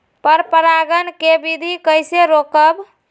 पर परागण केबिधी कईसे रोकब?